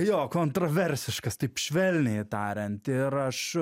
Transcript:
jo kontroversiškas taip švelniai tariant ir aš